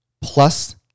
plus